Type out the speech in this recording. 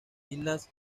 islas